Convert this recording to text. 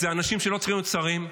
אלה אנשים שלא צריכים להיות שרים.